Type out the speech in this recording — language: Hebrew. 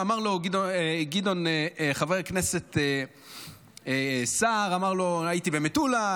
אמר לו חבר הכנסת סער: הייתי במטולה,